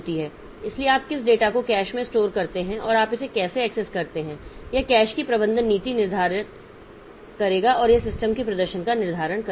इसलिए आप किस डेटा को कैश में स्टोर करते हैं और आप इसे कैसे एक्सेस करते हैं यह कैश की प्रबंधन नीति निर्धारित करेगा और यह सिस्टम के प्रदर्शन का निर्धारण करेगा